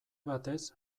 batez